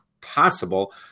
possible